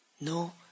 No